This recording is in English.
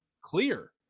clear